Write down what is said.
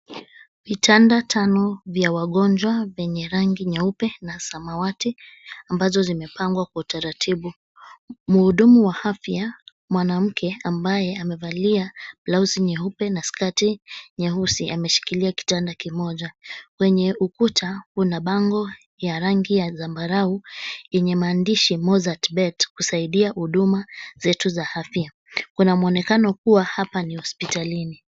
Vitanda tano vya wagonjwa vyenye rangi nyeupe na samawati ambazo zimepangwa kwa utaratibu. Mhudumu wa afya mwanamke ambaye amevalia blauzi nyeupe na skati nyeusi ameshikilia kitanda kimoja. Kwenye ukuta, kuna bango ya rangi ya zambarau yenye mandishi Mozart Bet kusaidia huduma zote za afia. Kuna muonekano kuwa hapa ni hospitalini.